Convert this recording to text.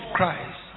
Christ